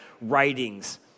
writings